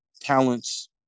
talents